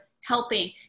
helping